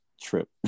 trip